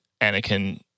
Anakin